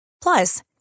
Plus